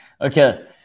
Okay